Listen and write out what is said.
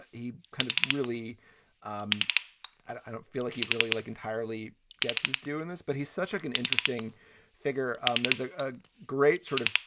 he kind of really um i don't feel like he really like entirely gets us doing this. but he's such like an interesting figure. um there's ah a great sort of,